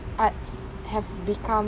arts have become